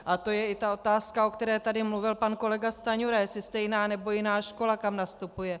A to je i ta otázka, o které tady mluvil pan kolega Stanjura, jestli stejná, nebo jiná škola, kam nastupuje.